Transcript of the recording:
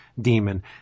demon